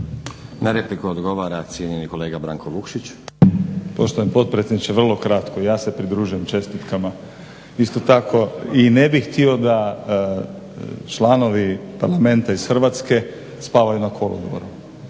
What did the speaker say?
Branko (Hrvatski laburisti - Stranka rada)** Poštovani potpredsjedniče vrlo kratko. Ja se pridružujem čestitkama isto tako i ne bih htio da članovi Parlamenta iz Hrvatske spavaju na kolodvoru.